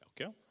okay